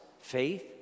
faith